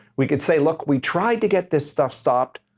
we could say, look, we tried to get this stuff stopped,